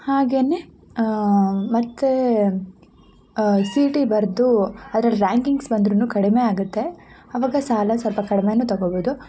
ಹಾಗೇನೇ ಮತ್ತು C E T ಬರೆದು ಅದ್ರಲ್ಲಿ ರ್ಯಾಂಕಿಂಗ್ಸ್ ಬಂದ್ರು ಕಡಿಮೆ ಆಗುತ್ತೆ ಆವಾಗ ಸಾಲ ಸ್ವಲ್ಪ ಕಡ್ಮೆ ತಗೋಬೌದು